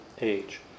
age